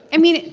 i mean. it's.